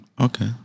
Okay